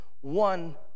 one